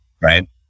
Right